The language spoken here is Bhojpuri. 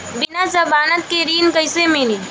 बिना जमानत के ऋण कैसे मिली?